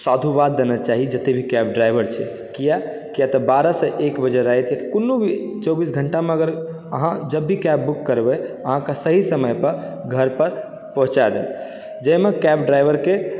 साधुवाद देना चाही जतय भी कैब ड्राइवर छै किआ किआतऽ बारहसँ एक राति कोनो भी चौबीस घण्टामे अगर अहाँ जब भी कैब बुक करबय अहाँकऽ सही समय पर घर पर पहुँचा देत जाहिमे कैब ड्राइवरके